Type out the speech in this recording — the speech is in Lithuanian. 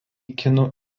kinų